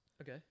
Okay